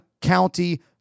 county